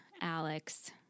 Alex